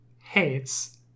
hates